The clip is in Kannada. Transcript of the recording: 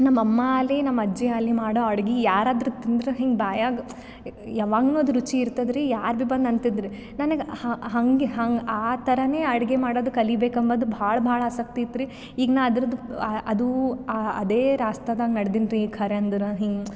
ನಮ್ಮ ಅಮ್ಮ ಆಗ್ಲಿ ನಮ್ಮ ಅಜ್ಜಿ ಆಗ್ಲಿ ಮಾಡೋ ಅಡ್ಗೆ ಯಾರಾದ್ರು ತಿಂದ್ರೆ ಹಿಂಗೆ ಬಾಯಾಗೆ ಯಾವಾಗ್ಲು ಅದು ರುಚಿ ಇರ್ತದೆ ರೀ ಯಾರು ಭೀ ಬಂದು ಅಂತಿದ್ದು ರೀ ನನಗೆ ಹಂಗೆ ಹಂಗೆ ಆ ಥರವೇ ಅಡುಗೆ ಮಾಡೋದು ಕಲಿಬೇಕು ಅನ್ನೋದು ಭಾಳ ಭಾಳ ಆಸಕ್ತಿ ಇತ್ತು ರೀ ಈಗ ನಾ ಅದ್ರದ್ದು ಅದೂ ಅದೇ ರಾಸ್ತಾದಂಗೆ ನಡೆದೀನಿ ರೀ ಖರೆ ಅಂದ್ರೆ ಹಿಂಗ